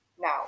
Now